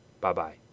Bye-bye